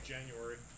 January